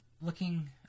looking